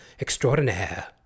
extraordinaire